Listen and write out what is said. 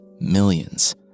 millions